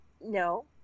No